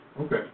Okay